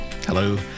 Hello